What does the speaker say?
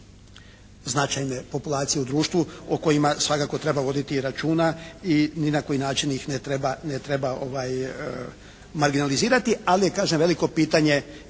značajne populacije u društvu o kojima svakako treba voditi računa i ni na koji način ih ne treba marginalizirati. Ali je kažem veliko pitanje